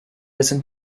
risen